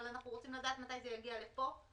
אבל אנחנו רוצים לדעת מתי זה יגיע לפה.